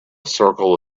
circle